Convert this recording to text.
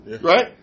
Right